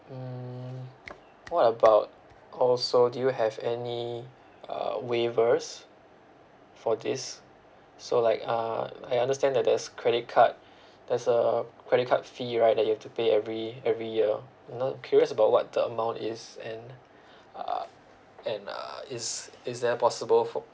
mm what about also do you have any uh waivers for this so like uh I understand that there's credit card there's uh credit card fee right that you to pay every every year you know curious about what the amount is and uh and uh is is there possible for